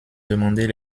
demander